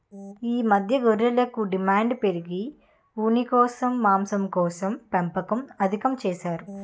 ఈ మధ్య గొర్రెలకు డిమాండు పెరిగి ఉన్నికోసం, మాంసంకోసం పెంపకం అధికం చేసారు